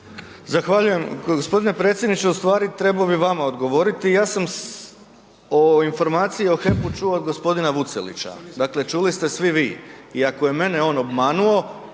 Zahvaljujem. G. predsjedniče ustvari trebao bih vama odgovoriti, ja sam o informaciji o HEP-u čuo od g. Vucelića, dakle čuli ste svi vi. I ako je mene on obmanuo